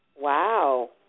Wow